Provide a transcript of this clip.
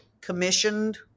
commissioned